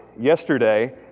yesterday